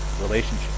relationship